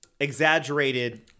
exaggerated